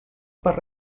per